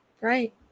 Right